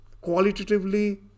qualitatively